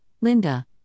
Linda